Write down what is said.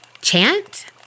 Chant